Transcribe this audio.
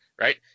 Right